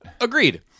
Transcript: Agreed